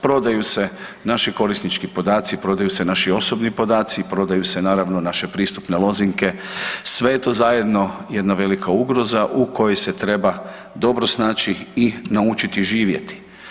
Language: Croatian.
Prodaju se naši korisnički podaci, prodaju se naši osobni podaci, prodaju se naravno naše pristupne lozinke, sve je to zajedno jedna velika ugroza u kojoj se treba dobro snaći i naučiti živjeti.